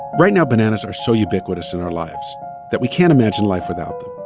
right now, bananas are so ubiquitous in our lives that we can't imagine life without them,